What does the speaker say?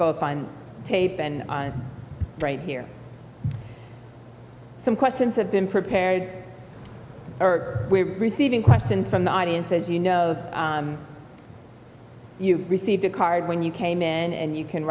both on tape and right here some questions have been prepared or we receive in question from the audience as you know that you received a card when you came in and you can